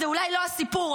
זה אולי לא הסיפור,